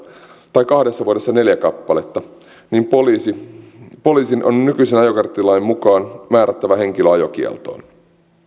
tai kahdessa vuodessa neljä kappaletta niin poliisin on nykyisen ajokorttilain mukaan määrättävä henkilö ajokieltoon